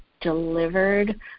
delivered